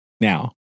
now